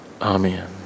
Amen